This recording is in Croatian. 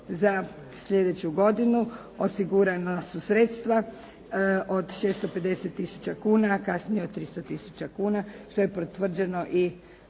za slijedeću godinu osigurana su sredstva od 650000 kuna, a kasnije o 300000 kuna što je potvrđeno i